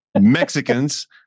Mexicans